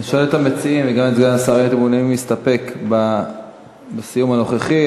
אני שואל את המציעים: האם אתם מעוניינים להסתפק בסיום הנוכחי?